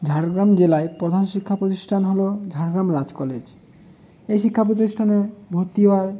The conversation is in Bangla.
ঝাড়গ্রাম জেলায় প্রধান শিক্ষা প্রতিষ্ঠান হলো ঝাড়গ্রাম রাজ কলেজ এই শিক্ষা প্রতিষ্ঠানে ভর্তি হওয়ার